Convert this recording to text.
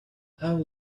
how